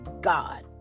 God